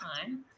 time